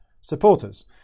supporters